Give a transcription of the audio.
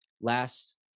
Last